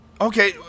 Okay